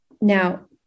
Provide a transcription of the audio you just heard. Now